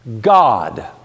God